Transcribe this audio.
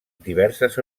diverses